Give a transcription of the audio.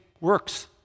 works